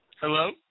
Hello